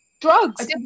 Drugs